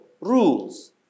rules